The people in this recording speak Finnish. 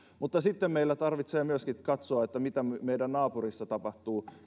mutta sitten meidän tarvitsee myöskin katsoa mitä meidän naapurissamme tapahtuu